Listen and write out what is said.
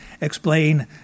explain